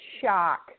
shock